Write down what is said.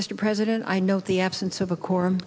mr president i know the absence of a quorum